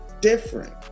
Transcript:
different